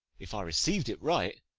if i receiv'd it right,